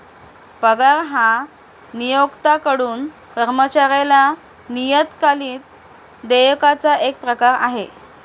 पगार हा नियोक्त्याकडून कर्मचाऱ्याला नियतकालिक देयकाचा एक प्रकार आहे